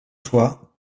toit